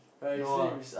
no ah